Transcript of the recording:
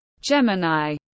Gemini